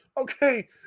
Okay